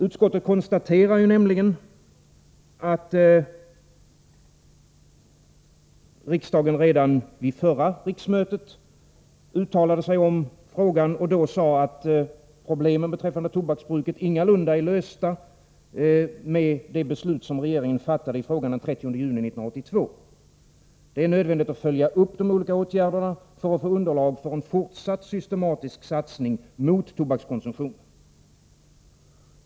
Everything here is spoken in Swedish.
Utskottet konstaterar nämligen att riksdagen redan vid förra riksmötet uttalade sig om frågan och då sade att problemen beträffande tobaksbruket ingalunda är lösta med det beslut som regeringen fattade i frågan den 30 juni 1982 — det är nödvändigt att följa upp de olika åtgärderna för att få underlag för en fortsatt systematisk satsning mot tobakskonsumtionen.